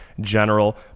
general